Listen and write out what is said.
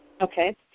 Okay